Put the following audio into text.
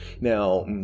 now